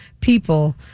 people